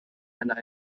and